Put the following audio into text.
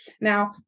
Now